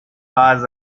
was